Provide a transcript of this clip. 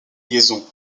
liaison